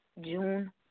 June